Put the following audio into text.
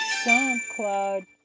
SoundCloud